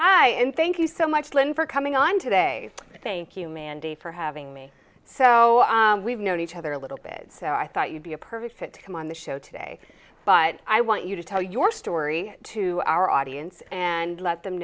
break i and thank you so much lynn for coming on today thank you mandy for having me so we've known each other a little bit so i thought you'd be a perfect fit to come on the show today but i want you to tell your story to our audience and let them